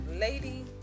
Lady